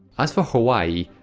as for hawaii.